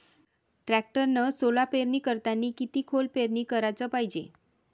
टॅक्टरनं सोला पेरनी करतांनी किती खोल पेरनी कराच पायजे?